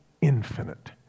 infinite